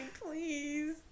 please